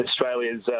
Australia's